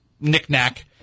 knickknack